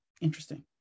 Interesting